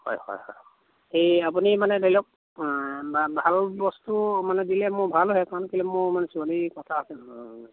হয় হয় হয় এই আপুনি মানে ধৰি লওক বা ভাল বস্তু মানে দিলে মোৰ ভাল হয় কাৰণ কেলৈ মোৰ মানে ছোৱালীৰ কথা আছে নহয়